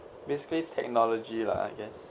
basically technology lah I guess